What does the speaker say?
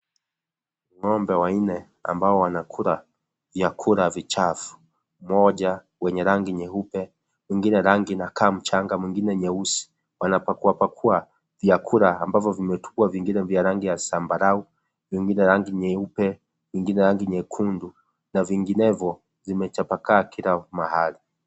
Ng'ombe wanne ambao wanakula vyakula vichafu. Mmoja wenye rangi nyeupe, mwingine rangi inakaa mchanga, mwingine nyeusi. Wanapakuapakua vyakula ambavyo vimetupwa vingine vya rangi ya zambarau, vingine rangi nyeupe, vingine nyekundu, na vinginevyo vimetapakaa kila mahali.